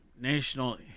National